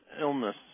illness